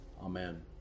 Amen